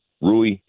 Rui